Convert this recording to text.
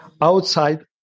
Outside